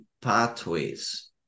pathways